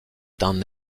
d’un